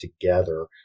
together